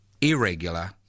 irregular